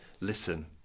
listen